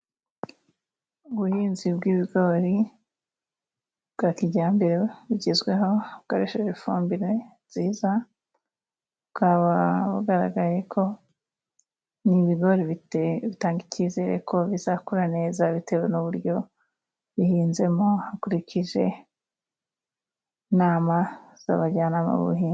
Ubuhinzi bw'ibigori bwa kijyambere bugezweho bukoresheje ifumbire nziza bwagaragaye ko ni ibigori bitanga icyizere ko bizakura neza bitewe n'uburyo bihinzemo hakurikije inama z'abajyanama mu buhinzi.